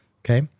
Okay